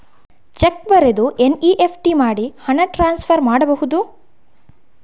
Check ಬರೆದು NEFT ಮಾಡಿ ಹಣ ಟ್ರಾನ್ಸ್ಫರ್ ಮಾಡಬಹುದು?